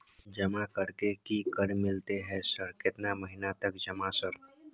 जमा कर के की कर मिलते है सर केतना महीना तक जमा सर?